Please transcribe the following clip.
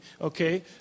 okay